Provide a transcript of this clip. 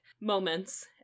moments